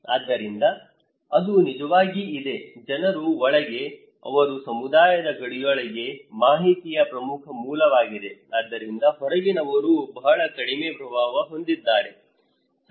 ಆದ್ದರಿಂದ ಅದು ನಿಜವಾಗಿ ಇದೆ ಜನರ ಒಳಗೆ ಅವರು ಸಮುದಾಯದ ಗಡಿಯೊಳಗೆ ಮಾಹಿತಿಯ ಪ್ರಮುಖ ಮೂಲವಾಗಿದೆ ಆದ್ದರಿಂದ ಹೊರಗಿನವರು ಬಹಳ ಕಡಿಮೆ ಪ್ರಭಾವ ಹೊಂದಿದ್ದಾರೆ ಸರಿ